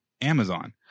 Amazon